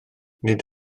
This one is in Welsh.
nid